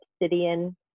Obsidian